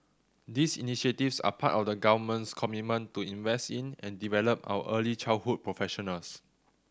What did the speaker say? these initiatives are part of the Government's commitment to invest in and develop our early childhood professionals